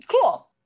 Cool